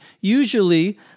usually